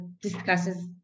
discusses